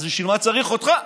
בשביל מה צריך אותך?